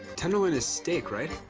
tenderloin is steak, right?